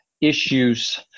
issues